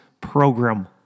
program